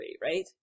right